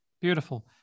beautiful